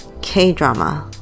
K-drama